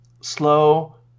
slow